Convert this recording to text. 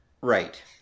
right